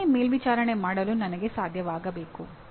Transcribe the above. ನನ್ನನ್ನೇ ಮೇಲ್ವಿಚಾರಣೆ ಮಾಡಲು ನನಗೆ ಸಾಧ್ಯವಾಗಬೇಕು